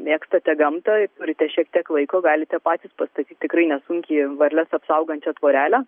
mėgstate gamtą ir turite šiek tiek laiko galite patys pastatyt tikrai nesunkiai varles apsaugančią tvorelę